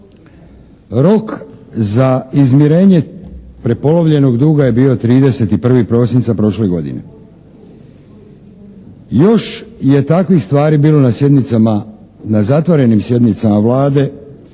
Rok za izmirenje prepolovljenog duga je bio 31. prosinca prošle godine. Još je takvih stvari bilo na sjednicama, na zatvorenim sjednicama Vlade.